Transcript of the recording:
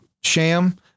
sham